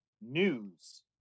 news